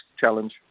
challenge